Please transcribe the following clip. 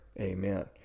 Amen